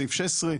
סעיף 16,